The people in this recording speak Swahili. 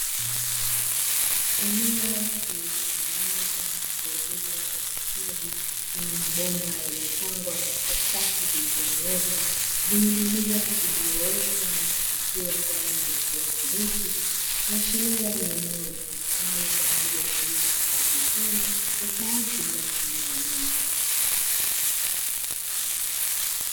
Eneo lililotengenezwa na kuezekwa kwa ustadi lenye mabomba katika safu zilizonyooka, zenye mimea iliyoota na kuchipua kwa rangi ya kijani kibichi. Kuashiria kuwa ni eneo litumikalo kwa ajili ya kilimo cha haidroponi ya sayansi bila kutumia udongo.